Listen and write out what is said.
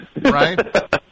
right